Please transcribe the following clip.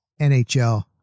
NHL